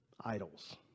idols